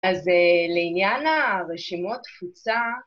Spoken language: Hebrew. אז לעניין הרשימות תפוצה